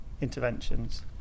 interventions